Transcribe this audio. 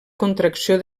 contracció